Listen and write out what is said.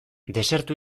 desertu